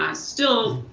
um still,